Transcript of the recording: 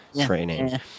training